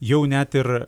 jau net ir